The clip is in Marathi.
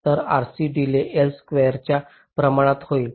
तर RC डीलेय L स्क्वेअरच्या प्रमाणात होईल